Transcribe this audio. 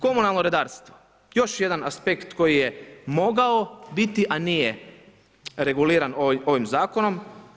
Komunalno redarstvo, još jedan aspekt koji je mogao biti, a nije reguliran ovim zakonom.